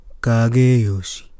Kageyoshi